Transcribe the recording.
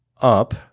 up